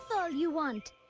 all you want.